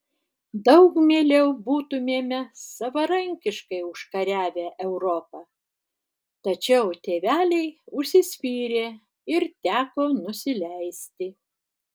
daug mieliau būtumėme savarankiškai užkariavę europą tačiau tėveliai užsispyrė ir teko nusileisti